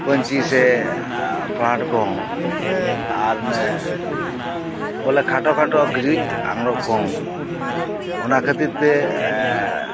ᱯᱟᱹᱧᱪᱤ ᱥᱮ ᱯᱟᱦᱟᱰ ᱠᱚᱦᱚᱸ ᱟᱨ ᱚᱱᱮ ᱵᱚᱞᱮ ᱠᱷᱟᱴᱚ ᱠᱷᱟᱴᱚ ᱠᱤᱪᱨᱤᱡ ᱟᱜᱨᱚᱵ ᱠᱚᱦᱚᱸᱚᱱᱟ ᱠᱷᱟᱹᱛᱤᱨ ᱛᱮ